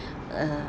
uh